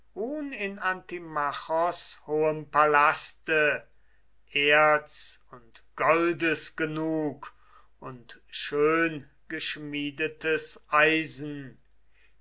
in antimachos hohem palaste erz und goldes genug und schöngeschmiedetes eisen